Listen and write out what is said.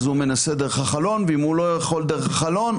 אז הוא מנסה דרך החלון ואם הוא לא יכול דרך החלון,